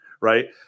right